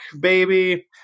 baby